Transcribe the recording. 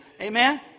Amen